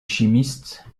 chimiste